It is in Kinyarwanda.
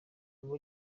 aba